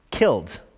killed